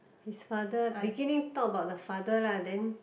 his father beginning talk about the father lah then